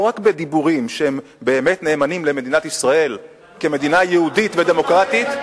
לא רק בדיבורים שהם באמת נאמנים למדינת ישראל כמדינה יהודית ודמוקרטית,